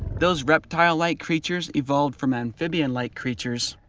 those reptile-like creatures evolved from amphibian-like creatures,